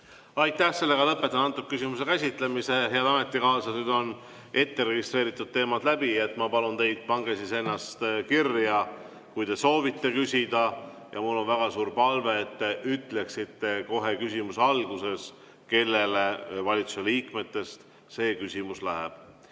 Aitäh! Lõpetan selle küsimuse käsitlemise. Head ametikaaslased, nüüd on ette registreeritud teemad läbi. Ma palun teid, pange ennast kirja, kui te soovite küsida, ja mul on väga suur palve, et te ütleksite kohe küsimuse alguses, kellele valitsuse liikmetest see küsimus läheb.